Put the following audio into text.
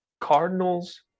Cardinals